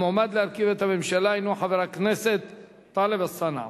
המועמד להרכיב את הממשלה הינו חבר הכנסת טלב אלסאנע.